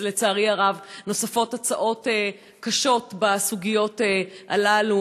ולצערי הרב נוספות הצעות קשות בסוגיות האלה.